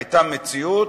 היתה מציאות,